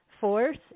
force